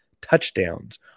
touchdowns